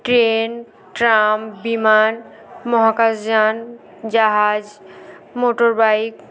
train tram বিমান মহাকাশযান জাহাজ মোটরবাইক